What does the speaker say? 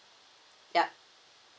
yup